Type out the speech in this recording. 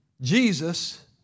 Jesus